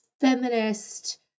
feminist